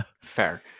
fair